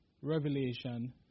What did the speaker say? revelation